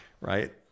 right